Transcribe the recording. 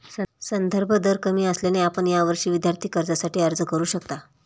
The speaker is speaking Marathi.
संदर्भ दर कमी असल्याने आपण यावर्षी विद्यार्थी कर्जासाठी अर्ज करू शकता